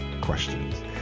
questions